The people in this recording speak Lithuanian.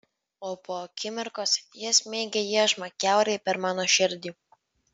o po akimirkos jie smeigia iešmą kiaurai per mano širdį